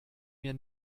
mir